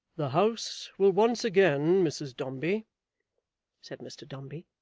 the house will once again, mrs dombey said mr dombey,